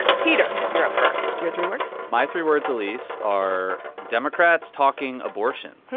peter, you're up first your three words? my three words, elise, are democrats talking abortion.